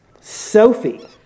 Sophie